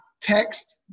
text